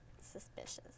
Suspicious